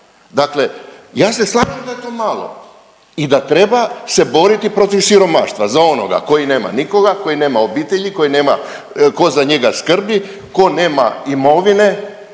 Dakle, ja se slažem da je to malo i da treba se boriti protiv siromaštva, za onoga koji nema nikoga, koji nema obitelji, koji nema ko za njega skrbi, ko nema imovine,